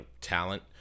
talent